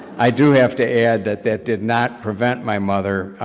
i do have to add that that did not prevent my mother,